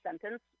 sentence